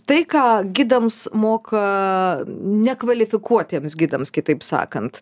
tai ką gidams moka nekvalifikuotiems gidams kitaip sakant